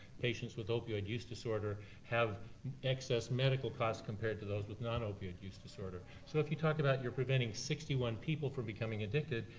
patients with opioid use disorder have excess medical costs compared to those with non-opioid use disorder. so if you talk about you're preventing sixty one people from becoming addicted,